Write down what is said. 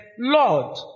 Lord